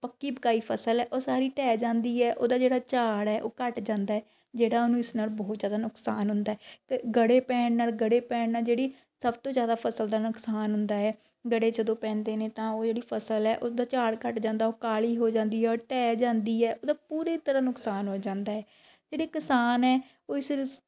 ਪੱਕੀ ਪਕਾਈ ਫਸਲ ਹੈ ਉਹ ਸਾਰੀ ਢਹਿ ਜਾਂਦੀ ਹੈ ਉਹਦਾ ਜਿਹੜਾ ਝਾੜ ਹੈ ਉਹ ਘੱਟ ਜਾਂਦਾ ਜਿਹੜਾ ਉਹਨੂੰ ਇਸ ਨਾਲ ਬਹੁਤ ਜ਼ਿਆਦਾ ਨੁਕਸਾਨ ਹੁੰਦਾ ਗ ਗੜੇ ਪੈਣ ਨਾਲ ਗੜੇ ਪੈਣ ਨਾਲ ਜਿਹੜੀ ਸਭ ਤੋਂ ਜ਼ਿਆਦਾ ਫਸਲ ਦਾ ਨੁਕਸਾਨ ਹੁੰਦਾ ਹੈ ਗੜੇ ਜਦੋਂ ਪੈਂਦੇ ਨੇ ਤਾਂ ਉਹ ਜਿਹੜੀ ਫਸਲ ਹੈ ਉਹਦਾ ਝਾੜ ਘੱਟ ਜਾਂਦਾ ਉਹ ਕਾਲੀ ਹੋ ਜਾਂਦੀ ਹੈ ਉਹ ਢਹਿ ਜਾਂਦੀ ਹੈ ਉਹਦਾ ਪੂਰੀ ਤਰ੍ਹਾਂ ਨੁਕਸਾਨ ਹੋ ਜਾਂਦਾ ਹੈ ਜਿਹੜੇ ਕਿਸਾਨ ਹੈ ਉਹ ਇਸ ਰਸ